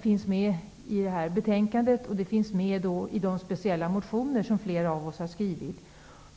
finns med i betänkandet. Problemen finns också med i de motioner som flera av oss har väckt.